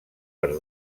per